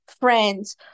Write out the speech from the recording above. friends